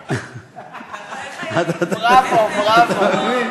בראבו, בראבו.